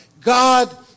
God